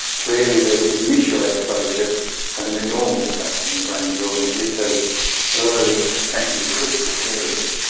clearly the initial exposures had an enormous effect on the brain during at least those early potentially critical periods.